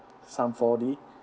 some four D